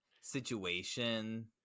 situation